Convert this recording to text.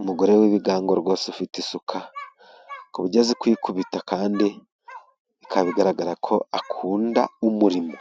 Umugore w'ibigango rwose ufite isuka, ku buryo azi kuyikubita kandi bikaba bigaragara ko akunda umurimo.